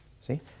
see